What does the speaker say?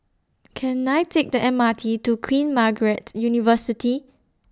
Can I Take The M R T to Queen Margaret University